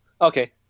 Okay